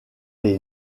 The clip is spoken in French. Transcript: est